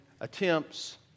attempts